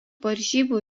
varžybų